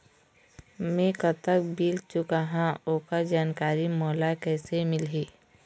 मैं कतक बिल चुकाहां ओकर जानकारी मोला कइसे मिलही?